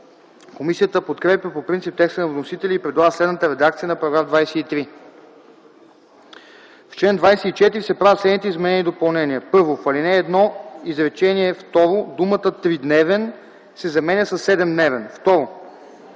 Комисията подкрепя по принцип текста на вносителя и предлага следната редакция на § 23: „§ 23. В чл. 24 се правят следните изменения и допълнения: 1. В ал. 1, изречение второ думата „тридневен” се заменя с „седемдневен”. 2.